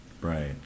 Right